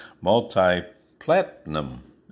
multi-platinum